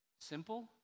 Simple